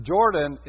Jordan